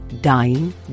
dying